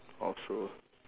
or so